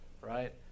right